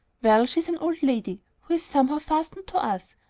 well, she's an old lady who is somehow fastened to us,